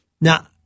Now